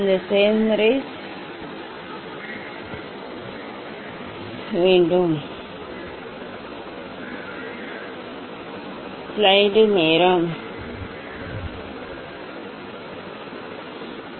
இந்த செயல்முறையை சில முறை செய்யவும் பின்னர் நீங்கள் அதை இங்கே வைக்கவும் இந்த கடினமான திருகு இங்கே நீங்கள் சரிசெய்ய முடியாது ஏனெனில் இது சரி செய்யப்பட்டது